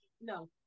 no